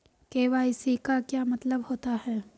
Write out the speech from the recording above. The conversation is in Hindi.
के.वाई.सी का क्या मतलब होता है?